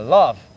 love